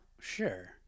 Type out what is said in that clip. sure